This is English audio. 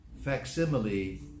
facsimile